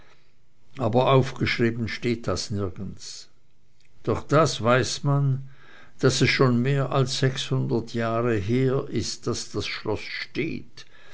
aber aufgeschrieben steht das nirgends doch das weiß man daß es schon mehr als sechshundert jahre her ist daß das schloß steht